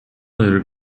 later